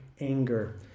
anger